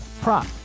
prop